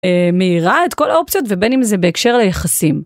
מאירה את כל האופציות ובין אם זה בהקשר היחסים.